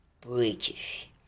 British